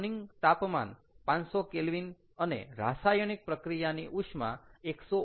turning તાપમાન 500 K અને રાસાયણિક પ્રક્રિયાની ઉષ્મા 149